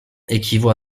équivaut